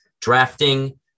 Drafting